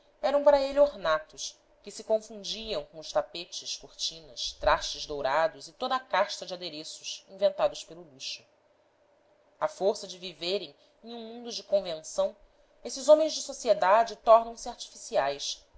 eram para ele ornatos que se confundiam com os tapetes cortinas trastes dourados e toda a casta de adereços inventados pelo luxo à força de viverem em um mundo de convenção esses homens de sociedade tornam se artificiais